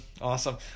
awesome